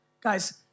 Guys